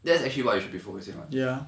that's actually what you should be focusing [what]